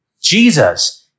Jesus